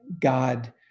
God